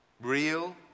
real